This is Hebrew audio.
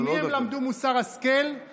ממי הם למדו מוסר השכל?